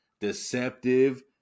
deceptive